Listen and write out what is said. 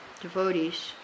devotees